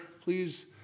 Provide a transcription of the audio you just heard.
please